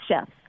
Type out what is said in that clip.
chefs